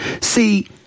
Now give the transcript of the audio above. See